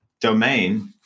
domain